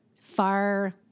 far